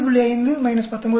5 19